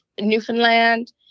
Newfoundland